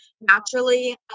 naturally